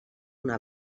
una